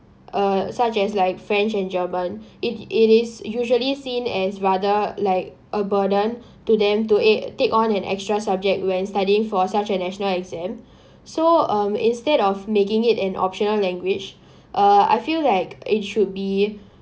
uh such as like french and german it it is usually seen as rather like a burden to them to eh take on an extra subject when studying for such a national exam so um instead of making it an optional language uh I feel like it should be